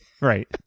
Right